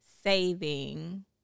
saving